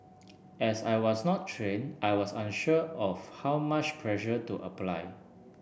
as I was not trained I was unsure of how much pressure to apply